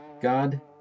God